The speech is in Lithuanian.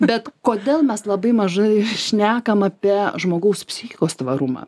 bet kodėl mes labai mažai šnekam apie žmogaus psichikos tvarumą